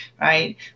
Right